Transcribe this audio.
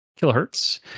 kilohertz